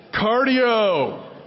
Cardio